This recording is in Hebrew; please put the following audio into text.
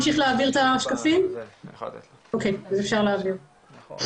יש בסך הכל שני מקומות בארץ שאפשר ללמוד חקלאות מבחינה אקדמית.